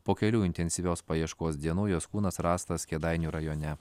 po kelių intensyvios paieškos dienų jos kūnas rastas kėdainių rajone